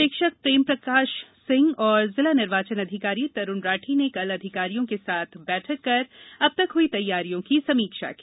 प्रक्षेक प्रेमप्रकाश सिंह और जिला निर्वाचन अधिकारी तरूण राठी ने कल अधिकारियों के साथ बैठक कर अब तक हई तैयारियों की समीक्षा की